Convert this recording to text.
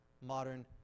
modern